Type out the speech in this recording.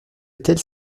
tels